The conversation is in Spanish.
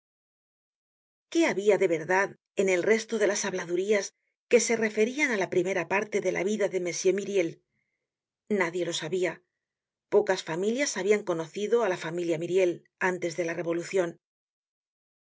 at qué habia de verdad en el resto de las habladurías que se referian á la primera parte de la vida de m myriel nadie lo sabia pocas familias habian conocido á la familia myriel antes de la revolucion